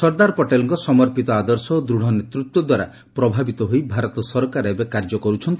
ସର୍ଦ୍ଦାର ପଟେଲଙ୍କ ସମର୍ପିତ ଆଦର୍ଶ ଓ ଦୃଢ଼ ନେତୃତ୍ୱ ଦ୍ୱାରା ପ୍ରଭାବିତ ହୋଇ ଭାରତ ସରକାର ଏବେ କାର୍ଯ୍ୟ କରୁଛନ୍ତି